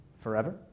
forever